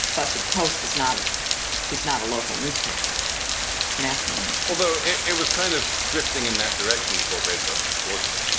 but the post is not it is not a local newspaper it's national news, although it it was kind of drifting in that direction before basis bought it.